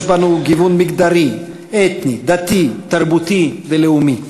יש בנו גיוון מגדרי, אתני, דתי, תרבותי ולאומי,